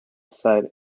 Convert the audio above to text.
site